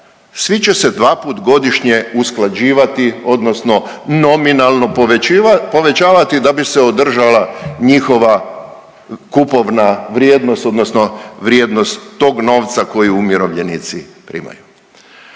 svi će se dvaput godišnje usklađivati, odnosno nominalno povećavati da bi se održala njihova kupovna vrijednost, odnosno vrijednost tog novca koji umirovljenici primaju.